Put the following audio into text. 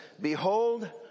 Behold